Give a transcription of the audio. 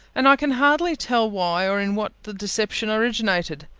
and i can hardly tell why or in what the deception originated.